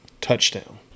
touchdown